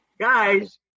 guys